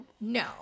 No